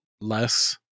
less